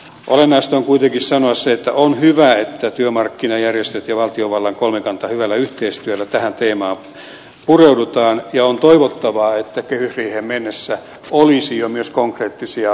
olennaista on kuitenkin sanoa se että on hyvä että työmarkkinajärjestöt ja valtiovallan kolmikanta hyvällä yhteistyöllä tähän teemaan pureutuvat ja on toivottavaa että kehysriiheen mennessä olisi jo myös konkreettisia asioita